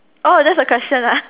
oh that's the question ah